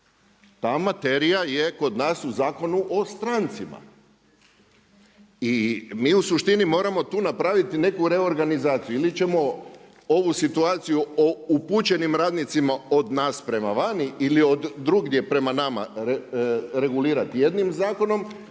ta materija je kod nas u Zakonu o strancima. I mi u suštini moramo tu napraviti neku reorganizaciju. Ili ćemo ovu situaciju o upućenim radnicima od nas prema vani ili od drugdje prema nama regulirati jednim zakonom